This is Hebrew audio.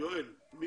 אני